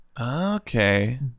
Okay